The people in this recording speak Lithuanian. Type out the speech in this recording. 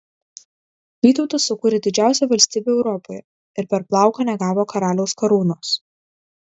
vytautas sukūrė didžiausią valstybę europoje ir per plauką negavo karaliaus karūnos